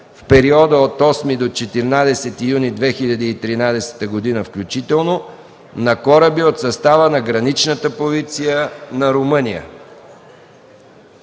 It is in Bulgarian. в периода от 8 до 14 юни 2013 г., включително на кораби от състава на Гранична полиция на Румъния.